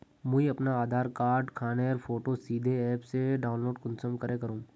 मुई अपना आधार कार्ड खानेर फोटो सीधे ऐप से डाउनलोड कुंसम करे करूम?